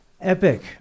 EPIC